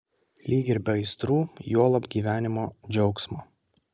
lyg ir be aistrų juolab gyvenimo džiaugsmo